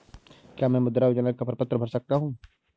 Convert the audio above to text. क्या मैं मुद्रा योजना का प्रपत्र भर सकता हूँ?